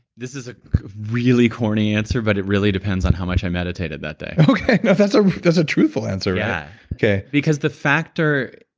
this is a really corny answer, but it really depends on how much i meditated that day okay. no, that's ah that's a truthful answer yeah, because the factor.